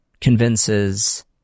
convinces